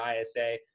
ISA